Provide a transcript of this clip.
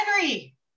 Henry